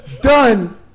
done